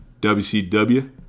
WCW